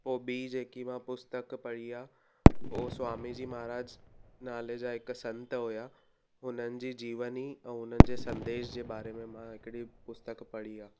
पो ॿी जेकी मां पुस्तक पढ़ी आहे हो स्वामी जी महाराज नाले जा हिकु संत हुया हुननि जी जीवनी ऐं हुननि जे संदेश जे बारे में मां हिकिड़ी पुस्तक पढ़ी आहे